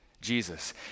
Jesus